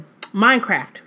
Minecraft